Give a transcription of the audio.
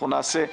אנחנו נעשה.